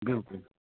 بِلکُل